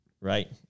Right